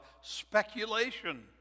speculation